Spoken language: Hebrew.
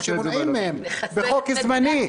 מונעים מהם בחוק זמני,